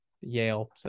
Yale